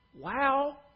Wow